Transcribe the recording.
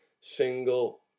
single